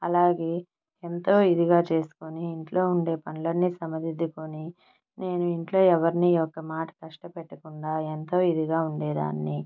అలాగే ఎంతో ఇదిగా చేసుకొని ఇంట్లో ఉండే పనులన్నీ సవరించుకొని నేను ఇంట్లో ఎవరిని ఒక్క మాట కష్టపెట్టకుండా ఎంతో ఇదిగా ఉండేదాన్ని